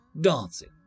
dancing